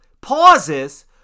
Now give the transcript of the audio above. pauses